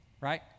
Right